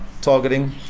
targeting